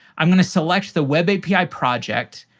i'm going to select the web api project.